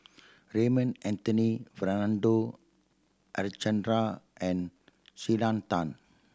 Raymond Anthony Fernando Harichandra and Selena Tan